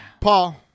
Paul